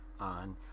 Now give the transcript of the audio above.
on